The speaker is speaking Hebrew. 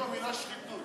תשתמשי במילה "שחיתות".